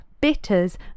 bitters